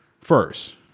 first